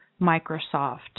Microsoft